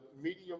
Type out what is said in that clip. medium